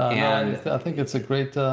and i think it's a great,